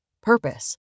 Purpose